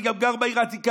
אני גם גר בעיר העתיקה,